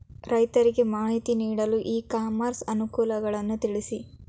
ರೈತರಿಗೆ ಮಾಹಿತಿ ನೀಡಲು ಇ ಕಾಮರ್ಸ್ ಅನುಕೂಲಗಳನ್ನು ತಿಳಿಸಿ?